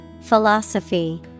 Philosophy